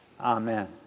Amen